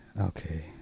okay